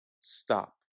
STOP